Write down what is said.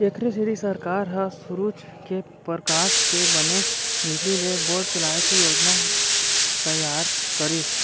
एखरे सेती सरकार ह सूरूज के परकास के बने बिजली ले बोर चलाए के योजना तइयार करिस